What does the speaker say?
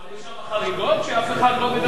אבל יש שם חריגות שאף אחד לא מדבר עליהן.